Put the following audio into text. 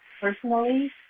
personally